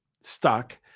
stuck